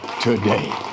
today